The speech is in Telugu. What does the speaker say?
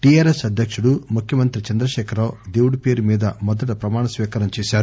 టిఆర్ఎస్ అధ్యకుడు ముఖ్యమంత్రి చంద్రశేఖర్ రావు దేవుడి పేరు మీద మొదట ప్రమాణ స్వీకారం చేశారు